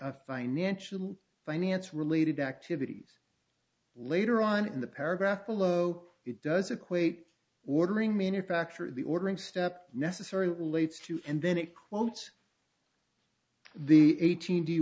of financial finance related activities later on in the paragraph below it does equate ordering manufacture the ordering step necessary relates to and then it quotes the eighteen d